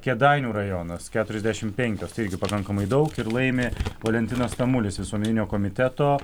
kėdainių rajonas keturiasdešimt penkios tai irgi pakankamai daug ir laimi valentinas tamulis visuomeninio komiteto